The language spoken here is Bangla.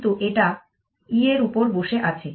কিন্তু এটা E এর উপর বসে আছে